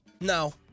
No